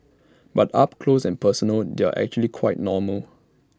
but up close and personal they're actually quite normal